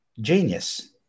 genius